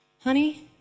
Honey